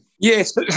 Yes